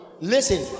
listen